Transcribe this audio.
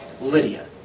Lydia